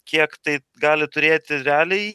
kiek tai gali turėti realiai